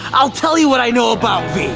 i'll tell you what i know about vy.